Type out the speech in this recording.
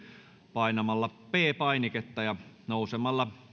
painamalla p painiketta ja nousemalla